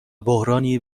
بحرانی